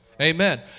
Amen